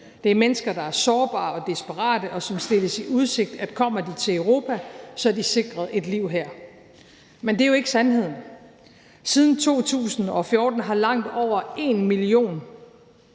det er mennesker, der er sårbare og desperate, og som stilles i udsigt, at kommer de til Europa, er de sikret et liv her. Men det er jo ikke sandheden. Siden 2014 har langt over 1 million